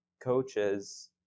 coaches